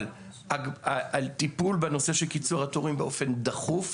אבל על טיפול בנושא של קיצור התורים באופן דחוף.